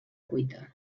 cuita